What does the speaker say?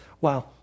wow